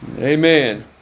amen